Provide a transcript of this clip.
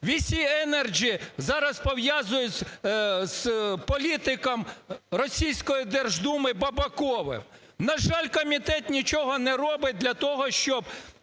"VSEnergi" зараз пов'язують з політиком російської Держдуми Бабаковим. На жаль, комітет нічого не робить для того, щоб